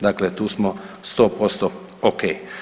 Dakle, tu smo 100% ok.